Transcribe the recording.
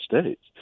States